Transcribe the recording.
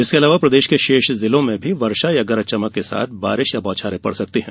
इसके अलावा प्रदेश के शेष जिलों में भी वर्षा या गरज चमक के बारिश या बौछारें पड़ सकती है